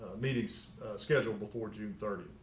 meetings scheduled before june thirty.